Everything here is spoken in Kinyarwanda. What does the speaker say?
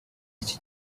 iki